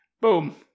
boom